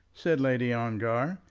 said lady ongar,